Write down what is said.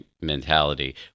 mentality